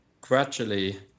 gradually